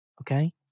Okay